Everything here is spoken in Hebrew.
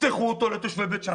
תפתחו אותו חינם לתושבי בית שאן.